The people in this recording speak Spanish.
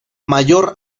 mayor